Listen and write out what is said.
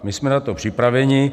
My jsme na to připraveni.